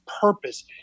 purpose